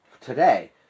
Today